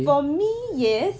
for me yes